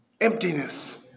Emptiness